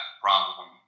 problem